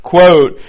Quote